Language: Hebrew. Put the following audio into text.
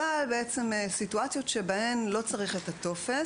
אבל בסיטואציות שבהן לא צריך את הטופס